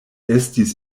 estis